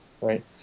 right